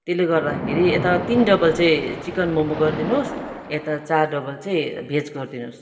त्यसले गर्दाखेरि यता तिन डबल चाहिँ चिकन मोमो गरिदिनुहोस् यता चार डबल चाहिँ भेज गरिदिनुहोस्